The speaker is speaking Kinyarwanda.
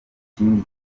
ikindi